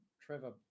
Trevor